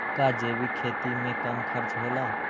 का जैविक खेती में कम खर्च होला?